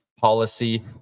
policy